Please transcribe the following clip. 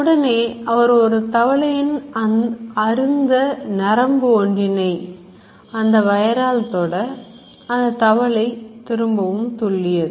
உடனே அவர் ஒரு தவளையின் அருந்த நரம்பு ஒன்றினை அந்த வயரால் தொட அந்த தவளை துள்ளியது